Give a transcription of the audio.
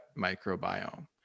microbiome